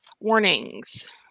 Warnings